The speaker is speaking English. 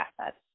assets